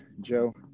Joe